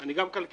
אני גם כלכלן,